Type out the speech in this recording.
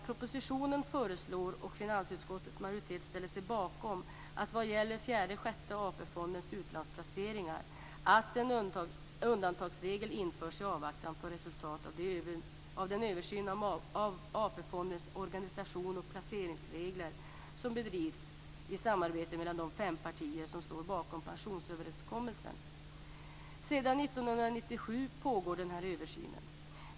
Propositionen föreslår och finansutskottets majoritet ställer sig bakom, vad gäller fjärdesjätte AP-fondernas utlandsplaceringar, att en undantagsregel införs i avvaktan på resultatet av den översyn av AP-fondens organisation och placeringsregler som bedrivs i samarbete mellan de fem partier som står bakom pensionsöverenskommelsen. Sedan 1997 pågår den här översynen.